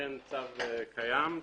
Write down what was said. שמתקן צו קיים,